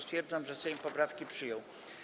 Stwierdzam, że Sejm poprawki przyjął.